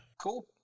Cool